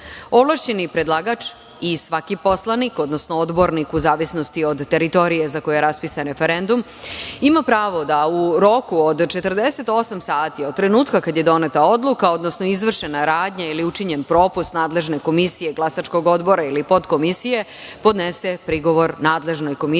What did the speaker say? predlagač i svaki poslanik, odnosno odbornik, u zavisnosti od teritorije za koju je raspisan referendum, ima pravo da u roku od 48 sati od trenutka kada je doneta odluka, odnosno izvršena radnja ili učinjen propust nadležne komisije glasačkog odbora ili podkomisije, podnose prigovor nadležnoj komisiji